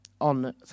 on